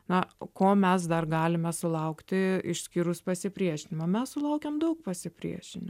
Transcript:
na o ko mes dar galime sulaukti išskyrus pasipriešinimą mes sulaukiam daug pasipriešinimo